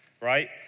right